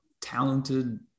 talented